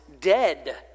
dead